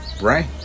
Right